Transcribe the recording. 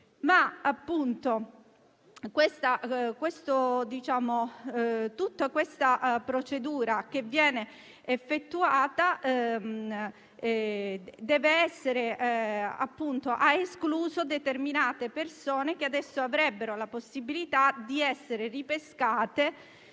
Tutta questa procedura che viene effettuata ha escluso determinate persone, che adesso avrebbero la possibilità di essere ripescate